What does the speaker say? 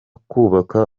kubaka